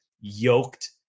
yoked